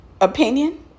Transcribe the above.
opinion